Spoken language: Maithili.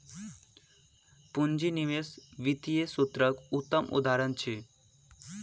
पूंजी निवेश वित्तीय सूत्रक उत्तम उदहारण अछि